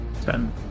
Ten